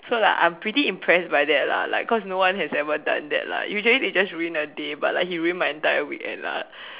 so like I'm pretty impressed by that lah like cause no one has ever done that lah usually they just ruin a day but like he ruin my entire weekend lah